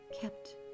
kept